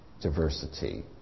diversity